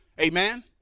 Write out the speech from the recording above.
Amen